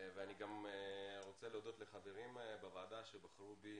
ואני גם רוצה להודות לחברים בוועדה שבחרו בי,